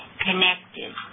connected